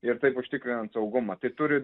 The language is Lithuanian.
ir taip užtikrinant saugumą tai turi